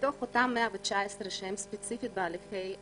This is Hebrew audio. מתוך אותם 119, שהם ספציפית בהליכי מעצר,